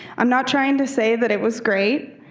i'm not trying to say that it was great,